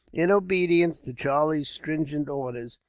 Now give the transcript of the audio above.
in obedience to charlie's stringent orders,